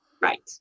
right